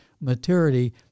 maturity